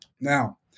Now